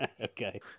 okay